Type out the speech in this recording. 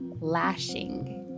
lashing